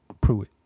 Pruitt